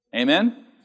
Amen